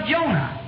Jonah